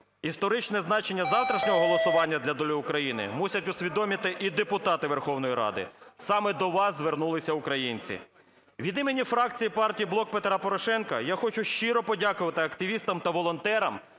Історичне значення завтрашнього голосування для долі України мусять усвідомити і депутати Верховної Ради. Саме до вас звернулися українці. Від імені фракції партії "Блок Петра Порошенка" я хочу щиро подякувати активістам та волонтерам,